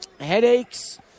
headaches